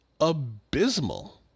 abysmal